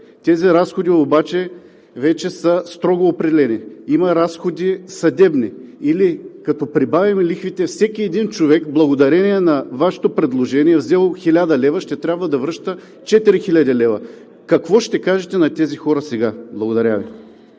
Тези разходи обаче вече са строго определени. Има съдебни разходи или като прибавим лихвите, всеки един човек благодарение на Вашето предложение, взел 1000 лв., ще трябва да връща 4000 лв. Какво ще кажете на тези хора сега? Благодаря Ви.